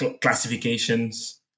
classifications